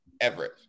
Everett